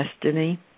destiny